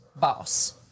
boss